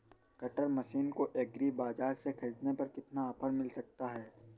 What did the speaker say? Cutter machine को agri बाजार से ख़रीदने पर कितना ऑफर मिल सकता है?